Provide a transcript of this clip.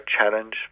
challenge